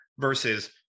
versus